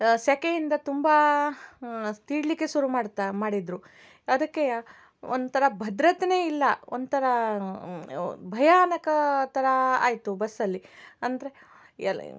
ಸೆಖೆಯಿಂದ ತುಂಬಾ ತೀಡಲಿಕ್ಕೆ ಶುರು ಮಾಡ್ತಾ ಮಾಡಿದರು ಅದಕ್ಕೆ ಒಂಥರ ಭದ್ರತೆನೇ ಇಲ್ಲ ಒಂಥರ ಭಯಾನಕ ಥರ ಆಯಿತು ಬಸ್ಸಲ್ಲಿ ಅಂದರೆ ಎಲ್ಲ